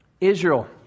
Israel